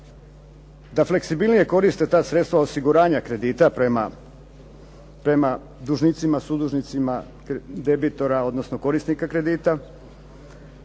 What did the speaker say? da fleksibilnije koriste ta sredstva osiguranja kredita prema dužnicima, sudužnicima debitora, odnosno korisnika kredita.